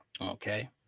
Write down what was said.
Okay